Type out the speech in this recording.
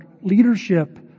leadership